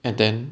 and then